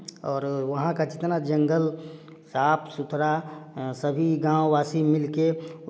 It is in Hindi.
और वहाँ का जितना जंगल साफ सुथरा सभी गाँव वासी मिल के